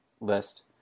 list